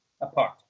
apart